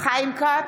חיים כץ,